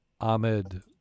Ahmed